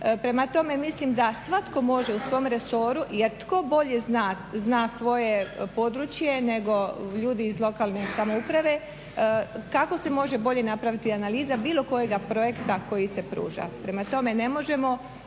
Prema tome, mislim da svatko može u svom resoru jer tko bolje zna svoje područje nego ljudi iz lokalne samouprave kako se može bolje napraviti analiza bilo kojega projekta koji se pruža. Prema tome, ne moramo